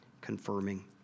confirming